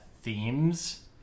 themes